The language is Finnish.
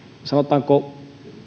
sanotaanko